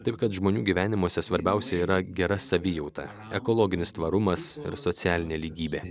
taip kad žmonių gyvenimuose svarbiausia yra gera savijauta ekologinis tvarumas ir socialinė lygybė